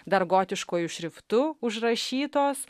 dar gotiškuoju šriftu užrašytos